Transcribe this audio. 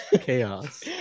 chaos